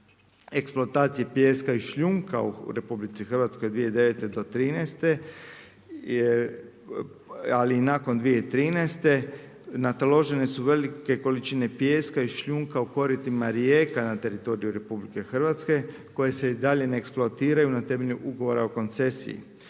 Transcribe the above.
eksploatacije pijeska i šljunka u RH od 2009.-2013. je, ali nakon 2013., nataložene su velike količine pijeska i šljunaka u koritima rijeka na teritoriju RH, koje se i dalje neeksploatiranju na temelju ugovora o koncesiji.